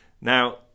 Now